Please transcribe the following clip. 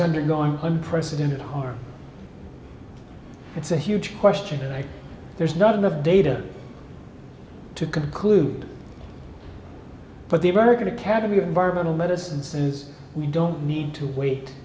undergoing one president at heart it's a huge question tonight there's not enough data to conclude but the american academy of environmental medicine says we don't need to wait